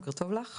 בוקר טוב לך.